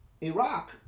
Iraq